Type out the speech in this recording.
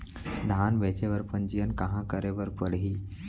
धान बेचे बर पंजीयन कहाँ करे बर पड़ही?